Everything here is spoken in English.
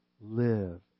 live